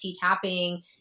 tapping